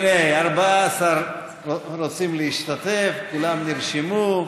14 רוצים להשתתף, כולם נרשמו.